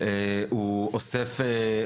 הוא אוסף,